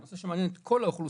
זה נושא שמעניין את כל האוכלוסייה,